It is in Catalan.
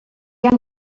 han